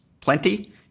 plenty